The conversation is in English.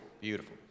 beautiful